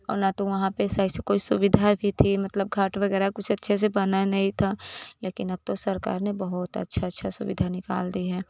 और ना तो वहाँ पर सही से कोई सुविधा भी थी मतलब घाट वग़ैरह कुछ अच्छे से बना नहीं था लेकिन अब तो सरकार ने बहुत अच्छा अच्छी सुविधा निकाल दी है